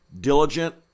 diligent